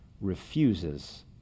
refuses